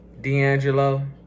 D'Angelo